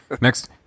Next